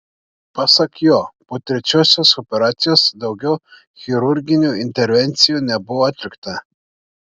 pasak jo po trečiosios operacijos daugiau chirurginių intervencijų nebuvo atlikta